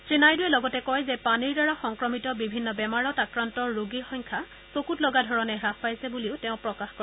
শ্ৰীনাইডুৱে লগতে কয় যে পানীৰ দ্বাৰা সংক্ৰমিত বিভিন্ন বেমাৰত আক্ৰান্ত ৰোগীৰ সংখ্যা চকুত লগা ধৰণে হাস পাইছে বুলিও তেওঁ প্ৰকাশ কৰে